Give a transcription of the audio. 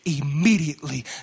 immediately